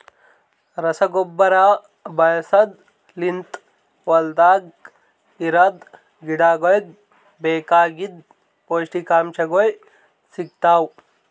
ರಸಗೊಬ್ಬರ ಬಳಸದ್ ಲಿಂತ್ ಹೊಲ್ದಾಗ ಇರದ್ ಗಿಡಗೋಳಿಗ್ ಬೇಕಾಗಿದ್ ಪೌಷ್ಟಿಕಗೊಳ್ ಸಿಗ್ತಾವ್